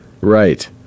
Right